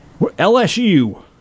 LSU